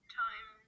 time